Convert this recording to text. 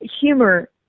humor